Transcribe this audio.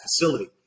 facility